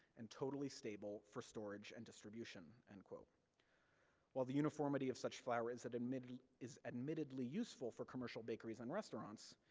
and totally stable for storage and distribution. and while the uniformity of such flour is and admittedly is admittedly useful for commercial bakeries and restaurants,